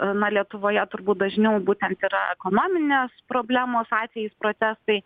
na lietuvoje turbūt dažniau būtent yra ekonominės problemos atvejais protestai